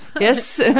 yes